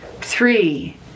three